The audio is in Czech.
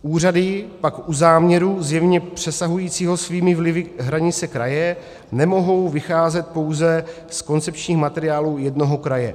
Úřady pak u záměru zjevně přesahujícího svými vlivy hranice kraje nemohou vycházet pouze z koncepčních materiálů jednoho kraje.